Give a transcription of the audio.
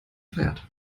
feiertag